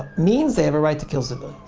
means they have a right to kill so and